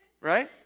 right